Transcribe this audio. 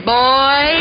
boy